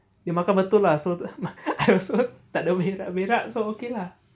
dia makan betul ah I also tak berak-berak so okay ah